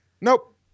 nope